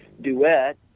duet